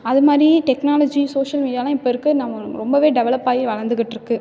அது மாதிரி technology social மீடியாலாம் இப்போ இருக்க நம்ம ரொம்ப டெவலப்பாகி வளர்ந்துக்கிட்ருக்கு